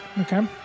Okay